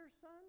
son